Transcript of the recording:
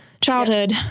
childhood